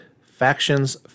factions